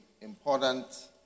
important